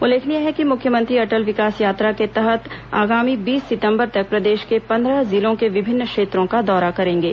उल्लेखनीय है कि मुख्यमंत्री अटल विकास यात्रा के तहत आगामी बीस सितंबर तक प्रदेश के पंद्रह जिलों के विभिन्न क्षेत्रों का दौरा करेंगे